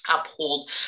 uphold